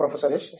professor S